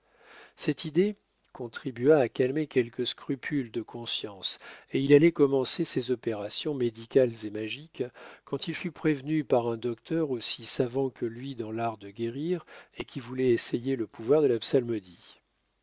cette idée contribua à calmer quelques scrupules de conscience et il allait commencer ses opérations médicales et magiques quand il fut prévenu par un docteur aussi savant que lui dans l'art de guérir et qui voulait essayer le pouvoir de la psalmodie